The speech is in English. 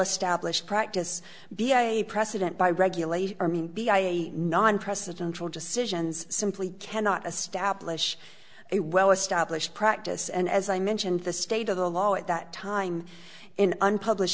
established practice be a precedent by regulation or mean b i non presidential decisions simply cannot establish a well established practice and as i mentioned the state of the law at that time in unpublish